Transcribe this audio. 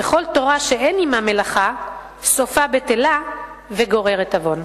וכל תורה שאין עמה מלאכה, סופה בטלה וגוררת עוון".